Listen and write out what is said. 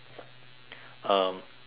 um not me this time